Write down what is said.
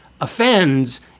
offends